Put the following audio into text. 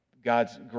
God's